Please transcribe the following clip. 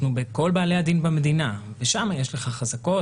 אנחנו בכל בעלי הדין במדינה ושם יש לך חזקות